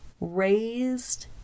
raised